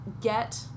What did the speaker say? get